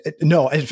no